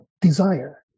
desire